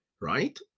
right